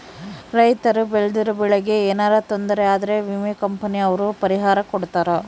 ರೈತರು ಬೆಳ್ದಿರೋ ಬೆಳೆ ಗೆ ಯೆನರ ತೊಂದರೆ ಆದ್ರ ವಿಮೆ ಕಂಪನಿ ಅವ್ರು ಪರಿಹಾರ ಕೊಡ್ತಾರ